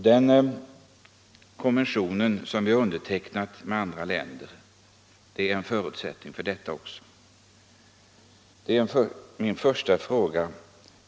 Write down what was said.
Den konvention som vi tillsammans med andra länder har undertecknat är en förutsättning för detta.